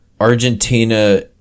Argentina